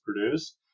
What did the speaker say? produced